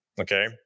Okay